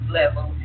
level